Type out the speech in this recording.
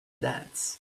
dance